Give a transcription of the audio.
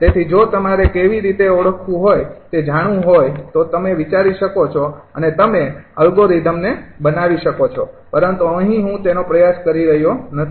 તેથી જો તમારે કેવી રીતે ઓળખવું હોય તે જાણવું હોયે તો તમે વિચારી શકો છો અને તમે અલ્ગોરિધમને બનાવી શકો છો પરંતુ અહીં હું તેનો પ્રયાસ કરી રહ્યો નથી